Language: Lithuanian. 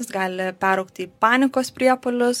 jis gali peraugti į panikos priepuolius